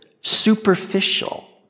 superficial